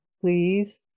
please